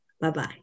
Bye-bye